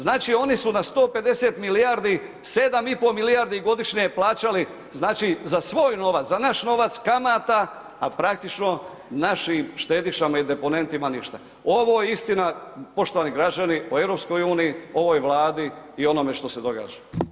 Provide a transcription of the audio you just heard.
Znači oni su na 150 milijardi 7,5 milijardi godišnje plaćali znači za svoj novac, za naš novac, kamata, a praktično našim štedišama i deponentima ništa, ovo je istina poštovani građani o EU, ovoj Vladi i onome što se događa.